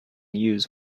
use